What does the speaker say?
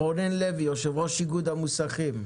רונן לוי, יושב-ראש איגוד המוסכים,